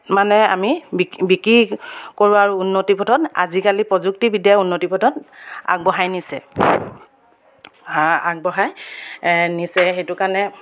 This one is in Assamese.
মানে আমি বি বিকি কৰোঁ আৰু উন্নতি পথত আজিকালি প্ৰযুক্তিবিদ্যাই উন্নতি পথত আগবঢ়াই নিছে আগবঢ়াই নিছে সেইটো কাৰণে